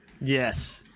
yes